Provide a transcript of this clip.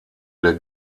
der